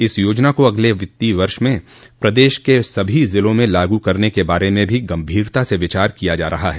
इस योजना को अगले वित्तीय वर्ष में प्रदेश के सभी ज़िलों में लागू करने के बारे में भी गंभीरता से विचार किया जा रहा है